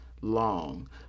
long